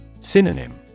Synonym